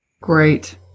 Great